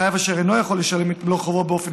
חייב אשר אינו יכול לשלם את מלוא חובו באופן